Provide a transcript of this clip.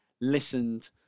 listened